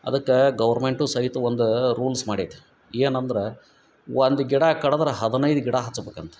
ಅದಕ್ಕೆ ಗೌರ್ಮೆಂಟು ಸಹಿತ ಒಂದ ರೂಲ್ಸ್ ಮಾಡೇತಿ ಏನಂದ್ರ ಒಂದು ಗಿಡ ಕಡದ್ರ ಹದಿನೈದು ಗಿಡ ಹಚ್ಬೇಕಂತ